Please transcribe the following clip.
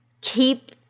Keep